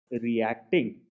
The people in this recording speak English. reacting